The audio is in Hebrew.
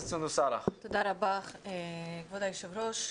תודה רבה כבוד היושב ראש.